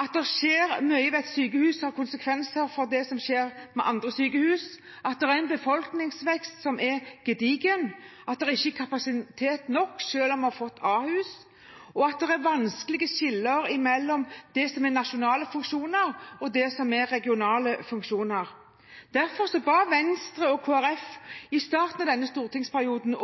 at det skjer mye ved et sykehus som har konsekvenser for det som skjer ved andre sykehus, at det er en befolkningsvekst som er gedigen, at det ikke er nok kapasitet selv om vi har fått Ahus, og at det er vanskelige skiller mellom det som er nasjonale funksjoner, og det som er regionale funksjoner. Derfor ba Venstre og Kristelig Folkeparti i starten av denne stortingsperioden